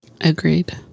Agreed